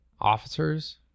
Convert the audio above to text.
officers